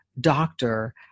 doctor